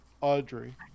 Audrey